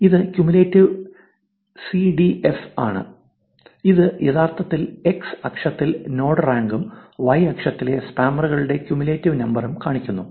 ഇത് ക്യുമുലേറ്റീവ് സിഡിഎഫാണ് ഇത് യഥാർത്ഥത്തിൽ X അക്ഷത്തിൽ നോഡ് റാങ്കും Y അക്ഷത്തിലെ സ്പാമറുകളുടെ ക്യുമുലേറ്റീവ് നമ്പറും കാണിക്കുന്നു